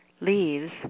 leaves